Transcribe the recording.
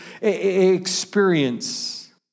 experience